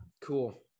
Cool